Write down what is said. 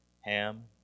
Ham